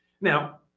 Now